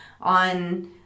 on